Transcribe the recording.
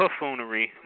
puffoonery